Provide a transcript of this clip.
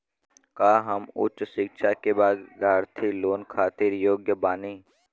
का हम उच्च शिक्षा के बिद्यार्थी लोन खातिर योग्य बानी?